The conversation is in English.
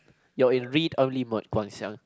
you are in read only mode Guang-Xiang